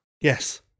Yes